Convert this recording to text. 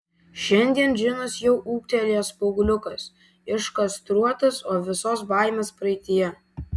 šiandien džinas jau ūgtelėjęs paaugliukas iškastruotas o visos baimės praeityje